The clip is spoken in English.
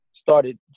started